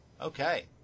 Okay